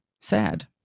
sad